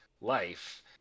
life